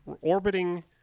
orbiting